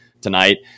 tonight